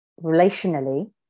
relationally